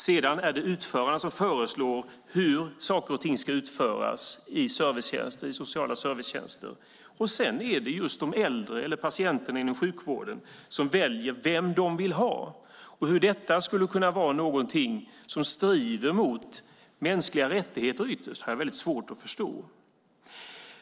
Sedan är det utföraren som föreslår hur saker och ting ska utföras i sociala servicetjänster, och därefter är det just de äldre eller patienten inom sjukvården som väljer vem de vill ha. Hur detta ytterst skulle kunna strida mot mänskliga rättigheter har jag väldigt svårt att förstå.